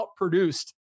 outproduced